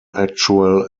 actual